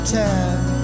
time